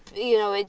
you know, ah